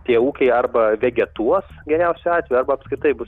tie ūkiai arba vegetuos geriausiu atveju arba apskritai bus